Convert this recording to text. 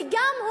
וגם,